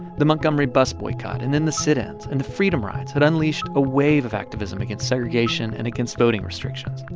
the montgomery bus boycott and then the sit-ins and the freedom rides had unleashed a wave of activism against segregation and against voting restrictions.